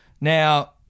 Now